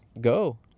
go